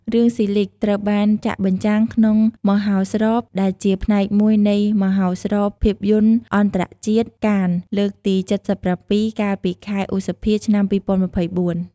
រឿង ស៊ីលីគ (Silig) ត្រូវបានចាក់បញ្ចាំងក្នុងមហោស្រព ដែលជាផ្នែកមួយនៃ មហោស្រពភាពយន្តអន្តរជាតិកាន លើកទី ៧៧ កាលពីខែឧសភា ឆ្នាំ ២០២៤។